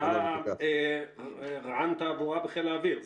אתה רע"ן תעבורה בחיל האוויר.